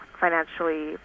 financially